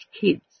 kids